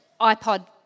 ipod